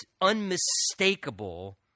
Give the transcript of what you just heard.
unmistakable